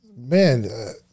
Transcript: Man